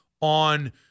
on